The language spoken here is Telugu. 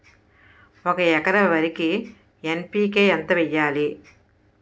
ఒక ఎకర వరికి ఎన్.పి.కే ఎంత వేయాలి?